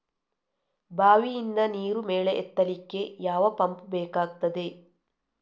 ಬಾವಿಯಿಂದ ನೀರು ಮೇಲೆ ಎತ್ತಲಿಕ್ಕೆ ಯಾವ ಪಂಪ್ ಬೇಕಗ್ತಾದೆ?